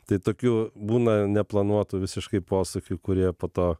tai tokių būna neplanuotų visiškai posūkių kurie po to